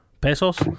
Pesos